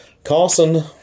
Carson